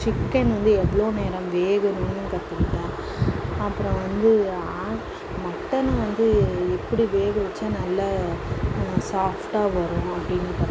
chicken வந்து எவ்வளோ நேரம் வேகணும்ன்னு கற்றுக்குட்டன் அப்புறோம் வந்து மட்டன் வந்து எப்படி வேக வச்சா நல்ல சாஃப்டாக வரும் அப்படீன்னு கற்றுக்குட்டன்